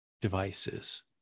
devices